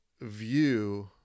view